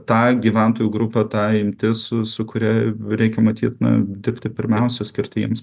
ta gyventojų grupė tai imtis su su kuria reikia matyt na dirbti pirmiausia skirti jiems